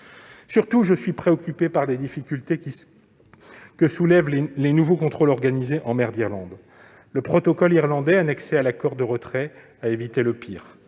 surtout préoccupé par les difficultés que soulèvent les nouveaux contrôles organisés en mer d'Irlande. Le protocole irlandais annexé à l'accord de retrait a évité le pire,